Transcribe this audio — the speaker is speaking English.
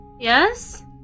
Yes